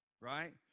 Right